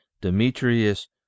Demetrius